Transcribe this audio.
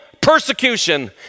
persecution